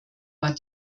war